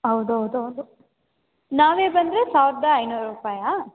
ಹೌದೌದೌದು ನಾವೇ ಬಂದರೆ ಸಾವಿರದ ಐನೂರು ರೂಪಾಯಾ